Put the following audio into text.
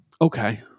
okay